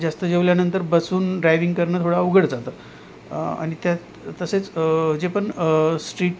जास्त जेवल्यानंतर बसून ड्रायविंग करणं थोडा अवघड जातं आणि त्यात तसेच जे पण स्ट्रीट